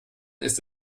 ist